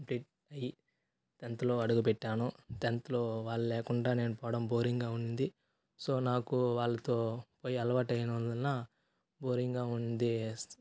complete అయ్యి టెంత్లో అడుగు పెట్టాను టెంత్లో వాళ్ళు లేకుండా నేను పోడం బోరింగ్గా ఉంది సో నాకు వాళ్ళతో పోయి అలవాటు అయినందున బోరింగ్గా ఉందే